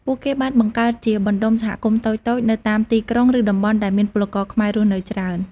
ពួកគេបានបង្កើតជាបណ្ដុំសហគមន៍តូចៗនៅតាមទីក្រុង ឬតំបន់ដែលមានពលករខ្មែររស់នៅច្រើន ។